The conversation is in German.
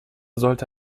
sollte